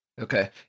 Okay